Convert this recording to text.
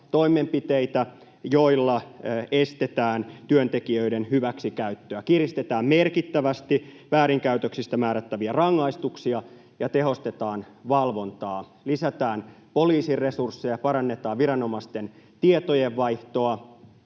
toimenpiteitä, joilla estetään työntekijöiden hyväksikäyttöä, kiristetään merkittävästi väärinkäytöksistä määrättäviä rangaistuksia ja tehostetaan valvontaa, lisätään poliisin resursseja, parannetaan viranomaisten tietojenvaihtoa